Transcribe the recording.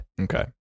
Okay